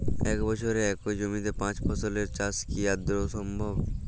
এক বছরে একই জমিতে পাঁচ ফসলের চাষ কি আদৌ সম্ভব?